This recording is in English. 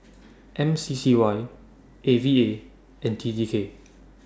M C C Y A V A and T T K